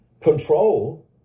control